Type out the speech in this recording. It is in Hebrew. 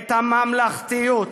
את הממלכתיות